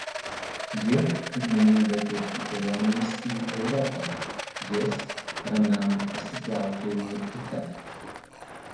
ji pirmenybę teiktų kelionėms į europą jis ramiam pasiplaukiojimui upe